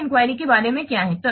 एक इंक्वायरी के बारे में क्या है